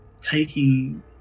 taking